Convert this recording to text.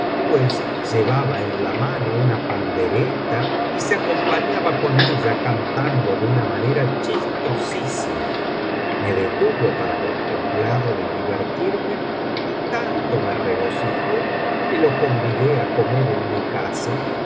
pues llevaba en la mano una pandereta y se acompañaba con ella cantando de una manera chistosísima me detuve para contemplarle y divertirme y tanto me regocijó que lo convidé á comer en mi casa